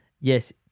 Yes